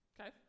Okay